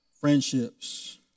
friendships